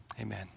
Amen